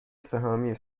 سهامی